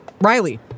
Riley